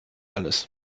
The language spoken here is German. alles